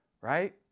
right